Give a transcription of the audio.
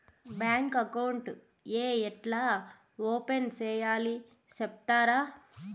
Bank account ఏ ఎట్లా open సేయాలి సెప్తారా?